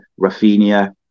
Rafinha